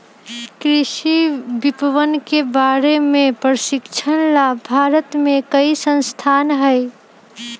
कृषि विपणन के बारे में प्रशिक्षण ला भारत में कई संस्थान हई